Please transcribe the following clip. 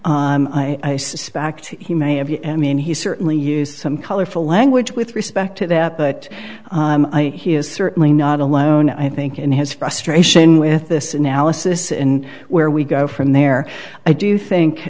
and i suspect he may have you mean he certainly used some colorful language with respect to that but he is certainly not alone i think in his frustration with this analysis in where we go from there i do think